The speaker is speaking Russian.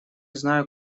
знаю